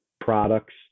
products